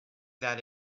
that